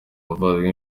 umuvandimwe